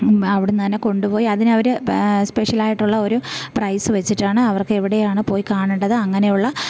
അവിടെന്ന് തന്നെ കൊണ്ടുപോയി അതിനവർ സ്പെഷ്യലായിട്ടുള്ള ഒരു പ്രൈസ് വെച്ചിട്ടാണ് അവർക്ക് എവിടെയാണ് പോയി കാണേണ്ടത് അങ്ങനെയുള്ള